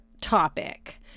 topic